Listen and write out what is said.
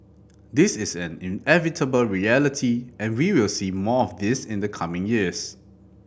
this is an inevitable reality and we will see more of this in the coming years